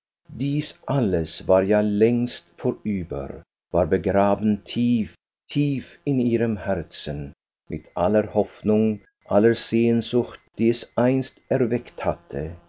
dies alles war ja längst vorüber war begraben tief tief in ihrem herzen mit aller hoffnung aller sehnsucht die es einst erweckt hatte